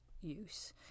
use